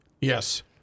Yes